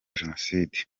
jenoside